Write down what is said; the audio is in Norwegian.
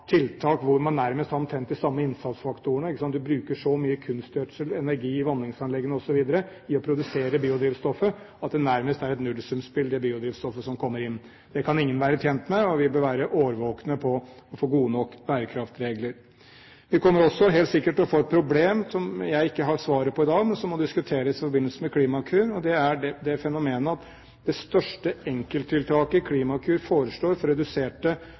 tiltak hvor man har omtrent de samme innfallsfaktorene; man bruker så mye kunstgjødsel, energi, vanningsanlegg osv. på å produsere biodrivstoffet at det nærmest er et nullsumspill, det biodrivstoffet som kommer inn. Det kan ingen være tjent med, og vi bør være årvåkne slik at vi får gode nok bærekraftregler. Vi kommer også helt sikkert til å få et problem som jeg ikke har svaret på i dag, men som må diskuteres i forbindelse med Klimakur, og det er det fenomenet at det største enkelttiltaket Klimakur foreslår for reduserte